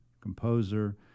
composer